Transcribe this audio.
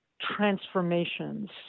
transformations